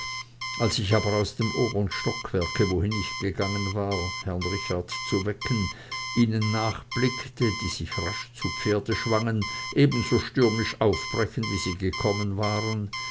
als ich aber aus dem obern stockwerke wohin ich gegangen war herrn richard zu wecken ihnen nachblickte die sich rasch zu pferde schwangen ebenso stürmisch aufbrechend wie sie gekommen waren